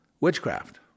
Witchcraft